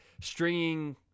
stringing